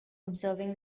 observing